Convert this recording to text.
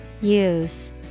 Use